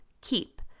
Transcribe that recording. keep